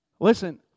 Listen